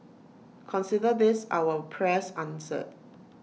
consider this our prayers answered